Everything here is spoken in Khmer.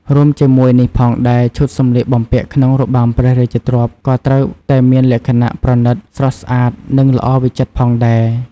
រួមជាមួយនេះផងដែរ ឈុតសម្លៀកបំពាក់ក្នុងរបាំព្រះរាជទ្រព្យក៏ត្រូវតែមានលក្ខណៈ ប្រណីត ស្រស់ស្អាត និងល្អវិចិត្រផងដែរ។